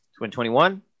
2021